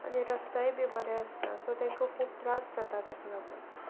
आनी रस्तेय बी बरें आसना सो तांकां खूब त्रास जाता ताका लागून